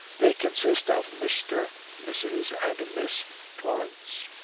they consist of mr, mrs, and miss torrance.